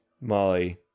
Molly